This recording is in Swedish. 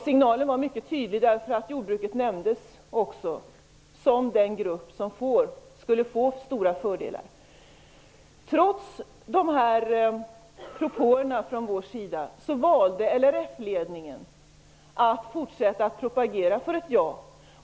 Signalen var mycket tydlig, eftersom bl.a. jordbruket nämndes som en grupp som skulle få stora fördelar. Trots dessa propåer från vår sida valde LRF ledningen att fortsätta att propagera för ett ja.